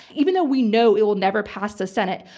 even though we know it will never pass the senate,